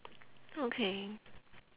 okay